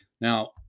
Now